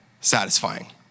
satisfying